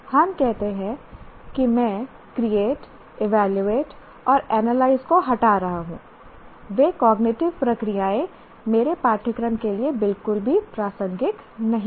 हम कहते हैं कि मैं क्रिएट इवेलुएट और एनालाइज को हटा रहा हूं वे कॉग्निटिव प्रक्रियाएं मेरे पाठ्यक्रम के लिए बिल्कुल भी प्रासंगिक नहीं हैं